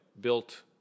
built